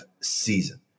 season